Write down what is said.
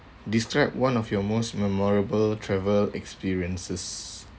describe one of your most memorable travel experiences